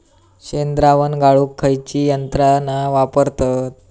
शेणद्रावण गाळूक खयची यंत्रणा वापरतत?